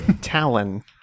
talon